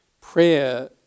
Prayer